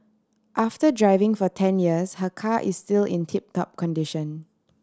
after driving for ten years her car is still in tip top condition